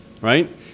right